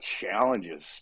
challenges